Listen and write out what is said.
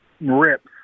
rips